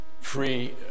free